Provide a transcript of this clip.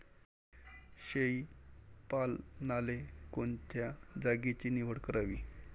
शेळी पालनाले कोनच्या जागेची निवड करावी?